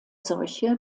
solche